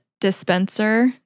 dispenser